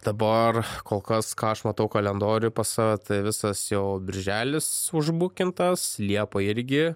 dabar kol kas ką aš matau kalendoriuj pas save tai visas jau birželis užbukintas liepa irgi